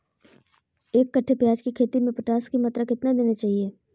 एक कट्टे प्याज की खेती में पोटास की मात्रा कितना देना चाहिए?